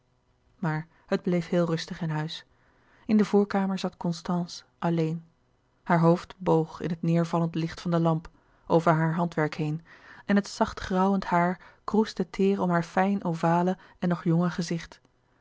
maar het bleef heel rustig in huis in de voorkamer zat constance alleen haar hoofd boog in het neêrvallend licht van de lamp over haar handwerk heen en het zacht grauwend haar kroesde teêr om haar fijn ovale en nog jonge gezicht